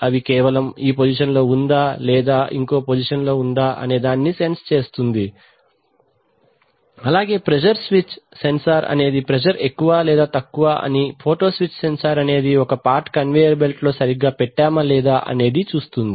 అవి కేవలం ఈ పొజిషన్ లో ఉందా లేదా ఇంకో పొజిషన్ లో వుందా అని సెన్స్ చేస్తుంది అలాగే ప్రెజర్ స్పీచ్ సెన్సార్స్ అనేది ప్రెషర్ ఎక్కువా లేదా తక్కువా అని ఫోటో స్విచ్ సెన్సార్స్ ఒక పార్ట్ కన్వేయర్ బెల్టు లో సరిగ్గా పెట్టామా లేదా అనేది చూస్తుంది